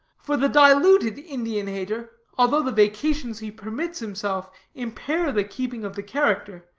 for the diluted indian-hater, although the vacations he permits himself impair the keeping of the character,